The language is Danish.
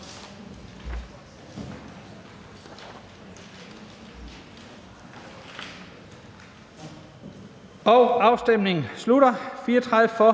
Afstemningen slutter.